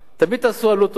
תמיד תעשו עלות תועלת.